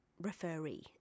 referee